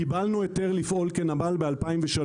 קיבלנו היתר לפעול כנמל ב-2003.